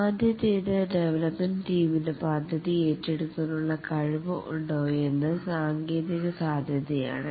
ആദ്യത്തേത് ഡെവലൊപ്മെന്റ് ടീമിനു പദ്ധതി ഏറ്റെടുക്കാനുള്ള കഴിവ് ഉണ്ടോയെന്ന് എന്ന സാങ്കേതിക സാധ്യതയാണ്